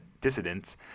dissidents